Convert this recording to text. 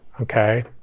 okay